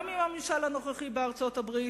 גם עם הממשל הנוכחי בארצות-הברית,